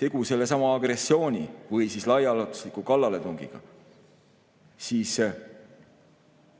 tegu sellesama agressiooni või laiaulatusliku kallaletungiga, ammugi